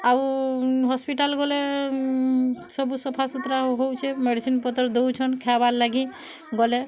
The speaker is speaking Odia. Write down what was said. ଆଉ ହସ୍ପିଟାଲ ଗଲେ ସବୁ ସଫାସୁତ୍ରା ହଉଛେ ମେଡିସିନ୍ ପତର୍ ଦଉଛନ୍ ଖାଏବାର୍ ଲାଗି ଗଲେ